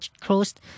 closed